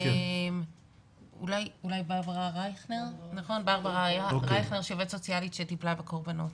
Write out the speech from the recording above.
אולי ברברה רייכר שהיא עובדת סוציאלית שטיפלה בקורבנות.